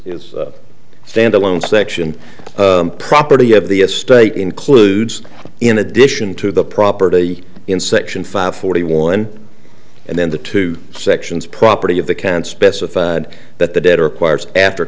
is a stand alone section property of the estate includes in addition to the property in section five forty one and then the two sections property of the can specified that the debtor acquires after